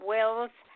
Wills